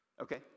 Okay